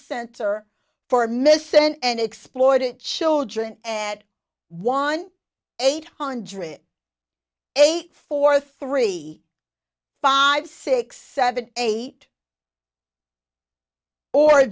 center for missing and exploited children at one eight hundred eight four three five six seven eight or